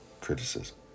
criticism